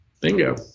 Bingo